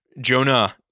Jonah